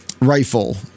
rifle